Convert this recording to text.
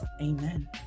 amen